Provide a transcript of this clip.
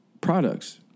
products